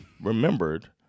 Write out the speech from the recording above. remembered